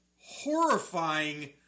horrifying